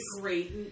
great